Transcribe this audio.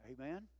Amen